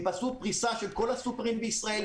הם פרסו פריסה של כל הסופרמרקטים בישראל,